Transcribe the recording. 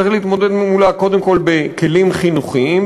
צריך להתמודד מולה קודם כול בכלים חינוכיים,